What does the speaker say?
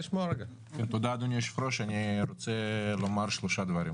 תודה אדוני היו"ר, אני רוצה לומר שלושה דברים.